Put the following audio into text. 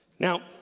Now